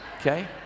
Okay